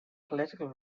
political